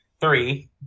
three